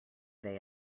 they